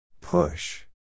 Push